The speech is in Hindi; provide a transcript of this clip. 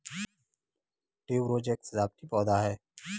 ट्यूबरोज एक सजावटी पौधा है